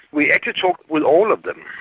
we actually talked with all of them.